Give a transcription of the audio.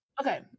Okay